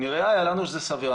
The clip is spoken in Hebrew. נראה היה לנו שזה סביר.